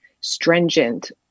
stringent